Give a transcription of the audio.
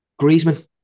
Griezmann